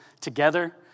together